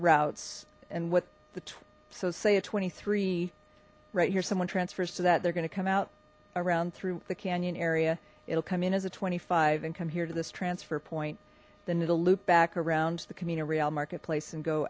routes and what the so say at twenty three right here someone transfers to that they're going to come out around through the canyon area it'll come in as a twenty five and come here to this transfer point then it'll loop back around to the camino real marketplace and go